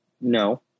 No